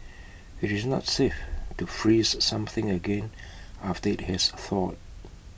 IT is not safe to freeze something again after IT has thawed